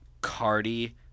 Cardi